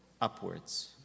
upwards